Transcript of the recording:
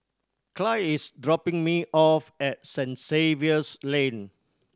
Clide is dropping me off at Saint Xavier's Lane